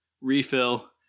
refill